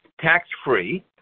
tax-free